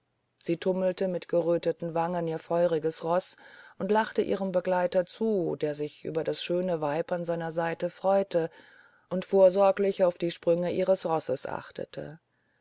sie tummelte mit geröteten wangen ihr feuriges roß und lachte ihrem begleiter zu der sich über das schöne weib an seiner seite freute und vorsorglich auf die sprünge ihres rosses achtete